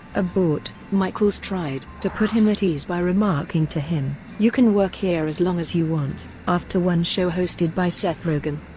abort! michaels tried to put him at ease by remarking to him, you can work here as long as you want, after one show hosted by seth rogen.